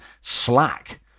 Slack